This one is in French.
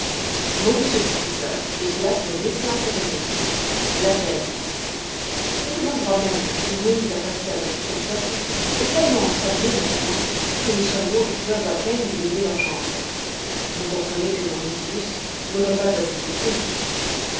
non monsieur le professeur et cela pour une excellente raison laquelle c'est que l'endroit même où moïse a passé avec tout son peuple est tellement ensablé maintenant que les chameaux y peuvent à peine baigner leurs jambes vous comprenez que mon nautilus n'aurait pas assez d'eau pour lui